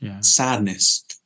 sadness